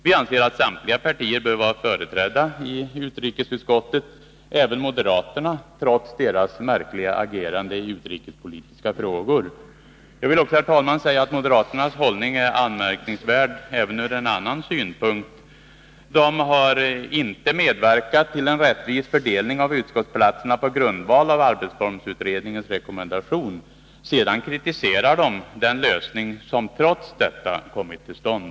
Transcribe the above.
Vi anser att samtliga partier bör vara företrädda i utrikesutskottet, även moderaterna trots deras märkliga agerande i utrikespolitiska frågor! Jag vill också, herr talman, säga att moderaternas hållning är anmärkningsvärd även ur en annan synpunkt. De har inte medverkat till en rättvis fördelning av utskottsplatserna på grundval av arbetsformsutredningens rekommendation. Sedan kritiserar de den lösning som trots detta kommit till stånd.